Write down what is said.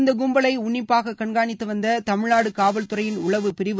இந்த கும்பலை உள்ளிப்பாக கண்காணித்து வந்த தமிழ்நாடு காவல்துறையின் உளவு பிரிவு